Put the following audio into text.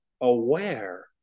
aware